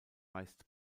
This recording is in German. meist